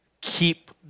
keep